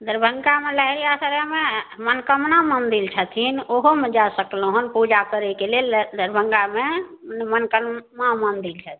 दरभङ्गामे लहेरिआसरायमे मनकामना मन्दिर छथिन ओहोमे जा सकलहुँ हँ पूजा करैके लेल दरभङ्गामे ओ मनकामना मन्दिर छथिन